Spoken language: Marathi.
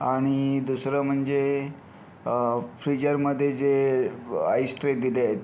आणि दुसरं म्हणजे फ्रिजरमध्ये जे आईस ट्रे दिले आहेत